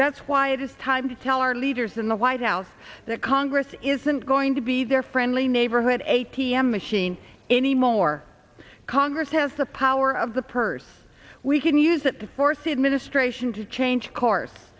that's why it is time to tell our leaders in the white house that congress isn't going to be their friendly neighborhood a t m machine anymore congress has the power of the purse we can use that to force the administration to change course